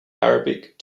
arabic